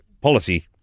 policy